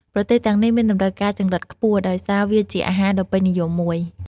ប្រទេសទាំងនេះមានតម្រូវការចង្រិតខ្ពស់ ដោយសារវាជាអាហារដ៏ពេញនិយមមួយ។